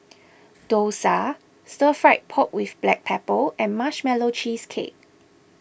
Dosa Stir Fried Pork with Black Pepper and Marshmallow Cheesecake